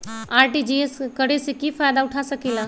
RTGS करे से की फायदा उठा सकीला?